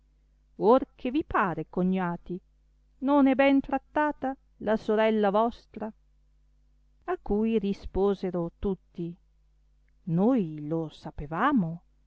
che vi pare cognati non è ben trattata la sorella vostra a cui risposero tutti noi lo sapevamo